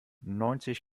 neunzig